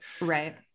right